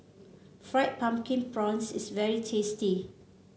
Fried Pumpkin Prawns is very tasty